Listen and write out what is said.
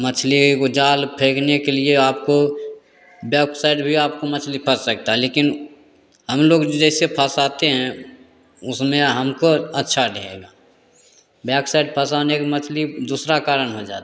मछली को जाल फेंकने के लिए आपको बैक साइड भी आपको मछली फँस सकता है लेकिन हम लोग जैसे फँसाने हैं उसमें हमको अच्छा रहेगा बैक साइड फँसाने के मछली दूसरा कारण हो जाता है